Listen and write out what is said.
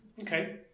Okay